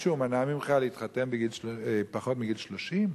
מישהו מנע ממך להתחתן לפני גיל 30?